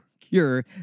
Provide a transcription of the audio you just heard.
cure